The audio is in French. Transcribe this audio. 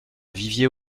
vivier